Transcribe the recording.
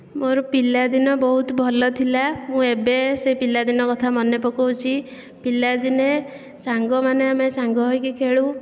ମୋ'ର ପିଲାଦିନ ବହୁତ ଭଲ ଥିଲା ମୁଁ ଏବେ ସେ ପିଲାଦିନ କଥା ମନେ ପକାଉଛି ପିଲାଦିନେ ସାଙ୍ଗ ମାନେ ଆମେ ସାଙ୍ଗ ହୋଇ ଖେଳୁ